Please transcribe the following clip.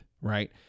right